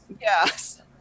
Yes